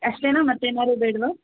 ಅಷ್ಟೇನಾ ಮತ್ತೇನಾದ್ರು ಬೇಡವಾ